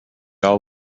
all